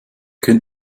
könnt